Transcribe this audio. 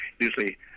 usually